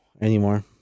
anymore